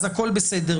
הכול בסדר,